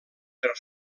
per